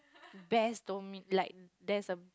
best told me like there is a